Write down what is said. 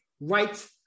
right